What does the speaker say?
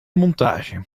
montage